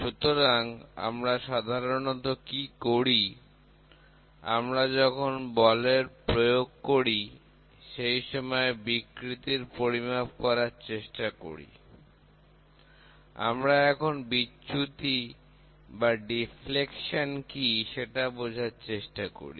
সুতরাং আমরা সাধারণত কি করি আমরা যখন বলের প্রয়োগ করি সেই সময় বিকৃতি পরিমাপ করার চেষ্টা করি আমরা এখন বিচ্যুতি বা ডিফ্লেকশন কি সেটা বোঝার চেষ্টা করি